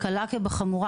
קלה כבחמורה,